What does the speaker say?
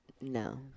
No